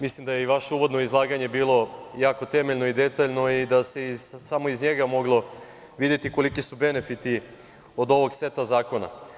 Mislim da je i vaše uvodno izlaganje bilo jako temeljno i detaljno i da se samo iz njega moglo videti koliki su benefiti od ovog seta zakona.